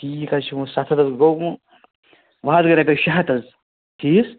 ٹھیٖک حظ چھُ وۄنۍ سَتھ ہَتھ حظ گوٚو وۄنۍ وۄنۍ حظ گٔے رۄپیَس شےٚ ہَتھ حظ فیٖس